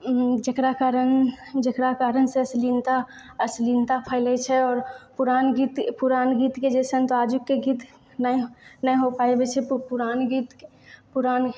जकरा कारण जकरा कारणसँ अश्लीलता अश्लीलता फैलय छै आओर पुरान गीत पुरान गीतके जइसन तऽ आजुके गीत नहि हो पाबय छै पुरान गीत पुरान